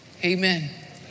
amen